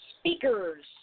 Speakers